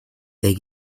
there